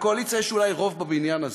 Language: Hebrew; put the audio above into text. לקואליציה יש אולי רוב בבניין הזה,